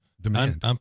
demand